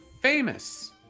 famous